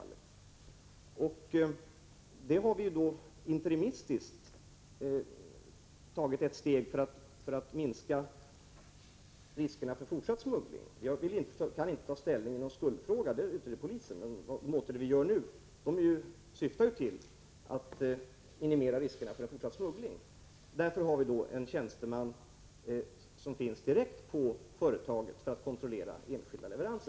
Vi har interimistiskt tagit ett steg för att minska riskerna för fortsatt smuggling. Jag kan inte ta ställning i någon skuldfråga — den utreder polisen — men de åtgärder vi nu vidtar syftar till att minimera riskerna för en fortsatt smuggling. Därför har vi en tjänsteman placerad direkt på företaget för att kontrollera enskilda leveranser.